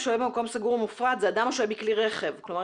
"השוהה במקום סגור או מופרד" אדם השוהה בכלי רכב כלומר,